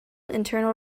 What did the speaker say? internal